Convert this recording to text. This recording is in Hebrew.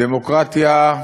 דמוקרטיה,